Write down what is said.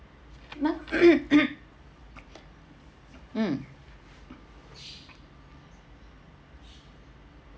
m~ mm